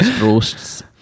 Roasts